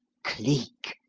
cleek!